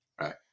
right